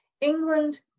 England